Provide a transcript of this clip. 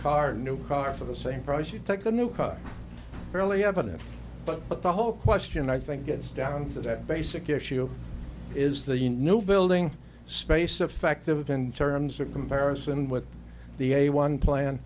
car new car for the same price you take the new car fairly evident but the whole question i think gets down to the basic issue is the new building space effective in terms of comparison with the a one plan